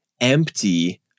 empty